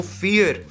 fear